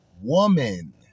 woman